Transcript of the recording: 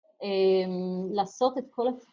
לעשות את כל...